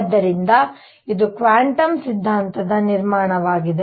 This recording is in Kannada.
ಆದ್ದರಿಂದ ಇದು ಕ್ವಾಂಟಮ್ ಸಿದ್ಧಾಂತದ ನಿರ್ಮಾಣವಾಗಿದೆ